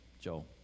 Joe